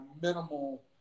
minimal